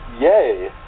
yay